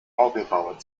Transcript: orgelbauer